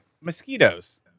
mosquitoes